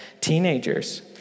teenagers